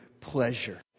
pleasure